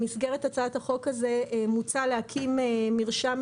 במסגרת הצעת החוק הזו מוצע להקים מרשם